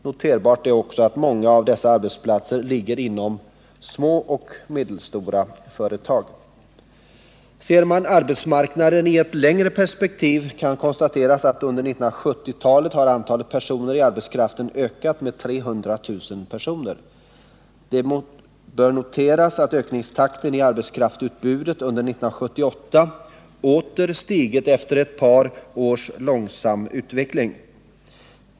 Noterbart är också att många av dessa arbetsplatser finns inom små och medelstora företag. Ser man på arbetsmarknaden i ett längre perspektiv kan konstateras att under 1970-talet har antalet personer i arbetskraften ökat med 300 000 personer. Det bör noteras att ökningstakten i arbetskraftsutbudet under 1978 åter stigit efter ett par års långsam utveckling.